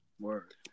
Word